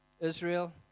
Israel